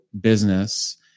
business